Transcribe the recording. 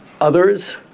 others